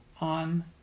on